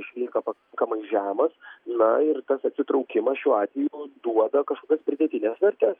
išlieka pakankamai žemas na ir tas atsitraukimas šiuo atveju duoda kažkokios pridėtinės vertės